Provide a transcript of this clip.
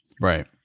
Right